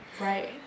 Right